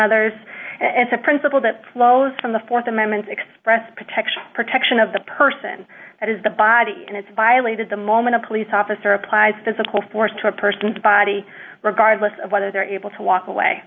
others it's a principle that flows from the th amendment express protection protection of the person that has the body and it's violated the moment a police officer applies physical force to a person's body regardless of whether they're able to walk away